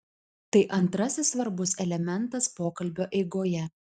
tai antrasis svarbus elementas pokalbio eigoje